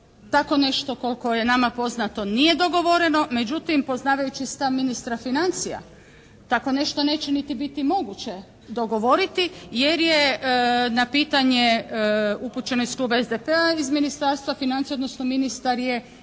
Tako nešto koliko je nama poznato nije dogovoreno. Međutim, poznavajući stav ministra financija tako nešto neće niti biti moguće dogovoriti jer je na pitanje upućeno iz kluba SDP-a iz Ministarstva financija odnosno ministar je